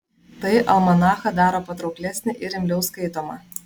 tai almanachą daro patrauklesnį ir imliau skaitomą